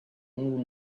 knew